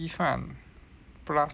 prata